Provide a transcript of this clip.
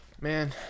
Man